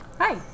Hi